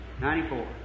94